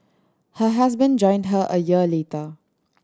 her husband joined her a year later